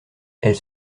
elle